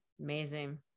Amazing